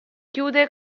chiude